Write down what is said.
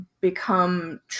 become